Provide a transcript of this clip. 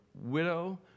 widow